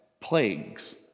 plagues